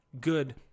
good